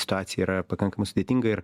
situacija yra pakankamai sudėtinga ir